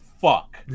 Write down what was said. fuck